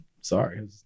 sorry